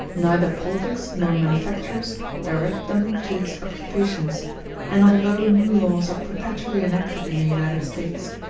neither politics nor manufactures direct them to these occupations and although new laws are perpetually enacted in the united states,